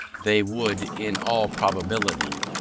they would, in all probability,